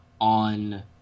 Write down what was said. on